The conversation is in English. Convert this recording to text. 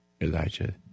Elijah